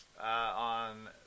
on